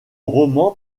roman